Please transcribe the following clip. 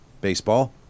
baseball